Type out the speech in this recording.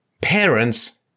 parents